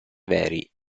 veri